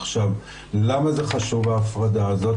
עכשיו, למה זה חשוב ההפרדה הזאת?